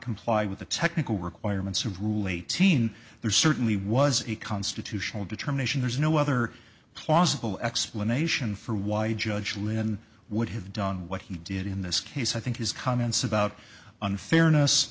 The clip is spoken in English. comply with the technical requirements of rule eighteen there certainly was a constitutional determination there's no other plausible explanation for why judge lynn would have done what he did in this case i think his comments about unfairness